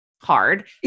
hard